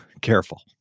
careful